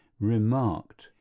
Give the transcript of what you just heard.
remarked